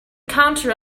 counter